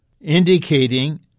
indicating